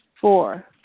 Four